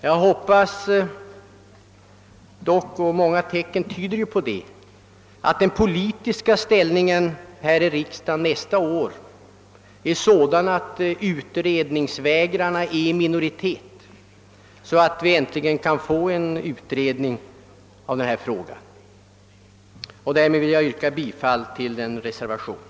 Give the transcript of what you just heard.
Jag hoppas dock — och många tecken tyder på det — ait den politiska ställningen i riksdagen nästa år är sådan att utredningsvägrarna befinner sig i minoritet, så att vi äntligen får en utredning av denna fråga. Med detta ber jag att få yrka bifall till reservationen.